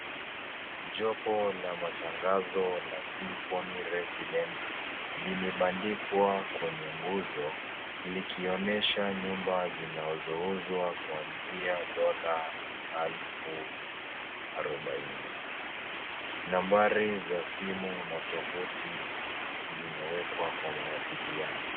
Jopo la matangazo la Symphony Residence limebandikwa kwene nguzo likionyesha nyumba zinazouzwa kuanzia dola 40,000. Nambari za simu na tovuti zimewekwa kwa mawasiliano.